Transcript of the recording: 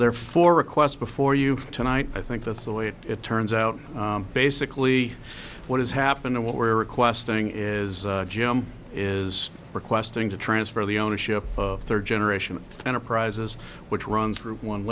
therefore request before you tonight i think that's the way it it turns out basically what is happening what we're requesting is jim is requesting to transfer the ownership of third generation enterprises which runs through one